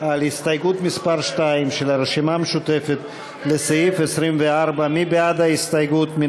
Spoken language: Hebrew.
על הסתייגות מס' 2 של הרשימה המשותפת לסעיף 24. מי בעד ההסתייגות?